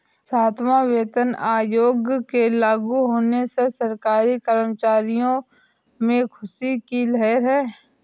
सातवां वेतन आयोग के लागू होने से सरकारी कर्मचारियों में ख़ुशी की लहर है